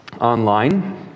online